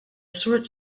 short